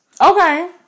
Okay